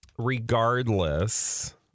Regardless